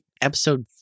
episode